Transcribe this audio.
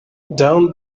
down